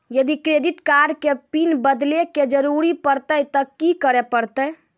यदि credit card के pin बदले के जरूरी परतै ते की करे परतै?